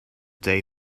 day